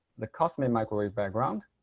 the cosmic microwave background,